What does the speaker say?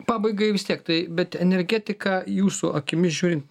pabaigai vis tiek tai bet energetika jūsų akimis žiūrint